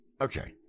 Okay